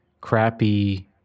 crappy